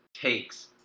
takes